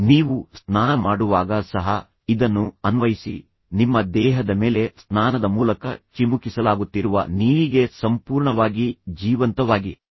ನೀವು ಸ್ನಾನ ಮಾಡುವಾಗ ಸಹ ಇದನ್ನು ಅನ್ವಯಿಸಿ ನಿಮ್ಮ ದೇಹದ ಮೇಲೆ ಸ್ನಾನದ ಮೂಲಕ ಚಿಮುಕಿಸಲಾಗುತ್ತಿರುವ ನೀರಿಗೆ ಸಂಪೂರ್ಣವಾಗಿ ಜೀವಂತವಾಗಿರಿ